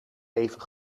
even